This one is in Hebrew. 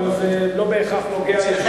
אבל זה לא בהכרח נוגע ישירות,